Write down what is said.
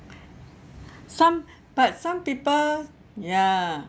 some but some people ya